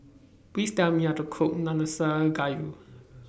Please Tell Me How to Cook Nanakusa Gayu